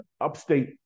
upstate